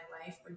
life